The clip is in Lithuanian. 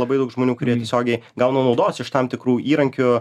labai daug žmonių kurie tiesiogiai gauna naudos iš tam tikrų įrankių